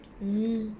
mm